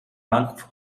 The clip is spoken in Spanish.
bank